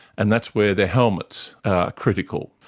and that's where the helmets are critical.